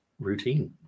routine